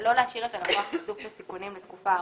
לא להשאיר את הלקוח חשוף לסיכונים לתקופה ארוכה.